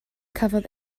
cafodd